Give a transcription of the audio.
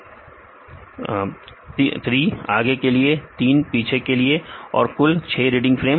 विद्यार्थी 3 होगा समय देखें 0430 सही है 3 आगे के लिए और 3 पीछे के लिए तो कुल 6 रीडिंग फ्रेम